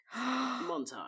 montage